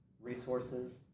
resources